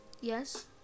Yes